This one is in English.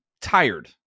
tired